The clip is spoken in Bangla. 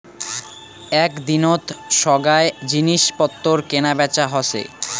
এক দিনত সোগায় জিনিস পত্তর কেনা বেচা হসে